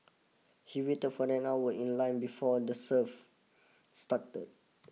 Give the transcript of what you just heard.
he waited for an hour in line before the serve started